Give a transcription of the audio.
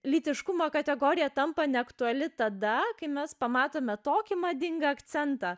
lytiškumo kategorija tampa neaktuali tada kai mes pamatome tokį madingą akcentą